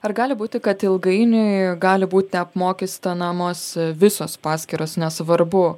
ar gali būti kad ilgainiui gali būti apmokestinamos visos paskyros nesvarbu